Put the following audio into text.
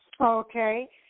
Okay